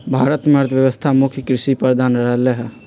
भारत के अर्थव्यवस्था मुख्य कृषि प्रधान रहलै ह